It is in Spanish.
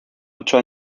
ocho